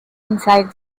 inside